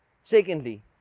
Secondly